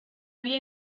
había